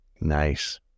Nice